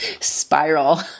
spiral